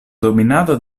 dominado